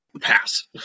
Pass